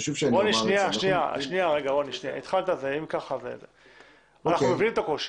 אנחנו מבינים את הקושי.